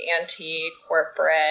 anti-corporate